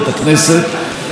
בצורה הברורה ביותר,